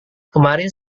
kemarin